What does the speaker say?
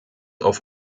auf